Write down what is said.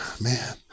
man